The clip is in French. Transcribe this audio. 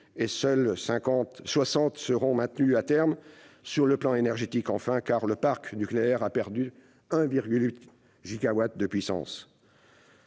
et seuls 60 resteront à terme. Sur le plan énergétique, enfin, le parc nucléaire a perdu 1,8 gigawatt de puissance.